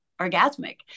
orgasmic